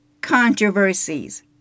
controversies